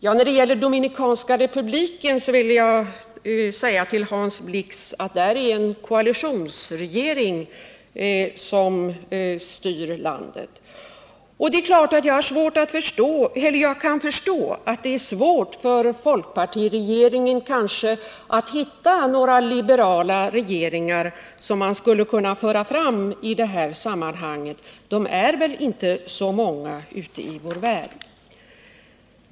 Ja, när det gäller Dominikanska republiken vill jag säga till Hans Blix att det är en koalitionsregering som styr det landet. Jag kan förstå att det kan vara svårt för folkpartiregeringen att hitta några liberala regeringar som man skulle kunna föra fram i det här sammanhanget — de är väl inte så många ute i vår värld.